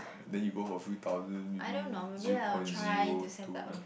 then you go for a few thousand maybe zero point zero two